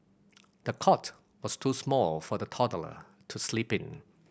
the cot was too small for the toddler to sleep in